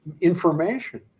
information